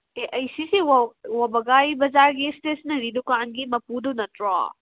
ꯑꯦ ꯑꯩ ꯁꯤꯁꯤ ꯋꯥꯕꯒꯥꯏ ꯕꯖꯥꯔꯒꯤ ꯁ꯭ꯇꯦꯁꯟꯅꯔꯤ ꯗꯨꯀꯥꯟꯒꯤ ꯃꯄꯨꯗꯨ ꯅꯠꯇ꯭ꯔꯣ